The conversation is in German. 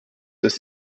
des